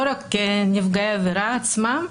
לא רק כנפגעי העבירה עצמם,